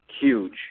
Huge